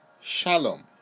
Shalom